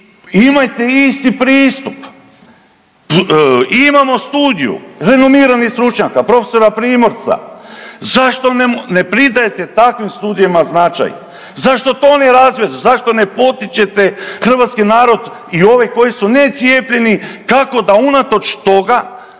imajte isti pristup. Imamo studiju, renomiranih stručnjaka, profesora Primorca. Zašto ne pridajete takvim studijama značaj? Zašto to ne razvijete, zašto ne potičete hrvatski narod i ove koji su necijepljeni kao da unatoč toga,